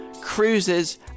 cruises